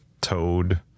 Toad